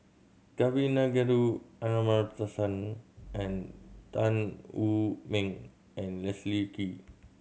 Kavignareru Amallathasan and Tan Wu Meng and Leslie Kee